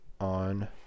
on